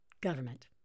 government